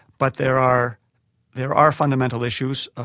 but there are there are fundamental issues.